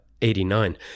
89